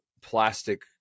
plastic